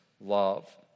love